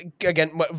again